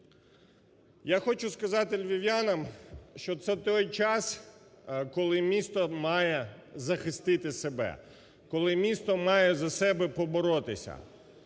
Я хочу сказати львів'янам, що це той час, коли місто має захистити себе, коли місто має за себе поборотися.